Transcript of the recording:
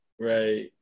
right